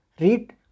read